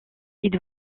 ils